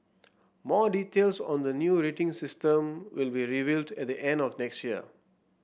more details on the new rating system will be revealed at the end of next year